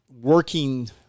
working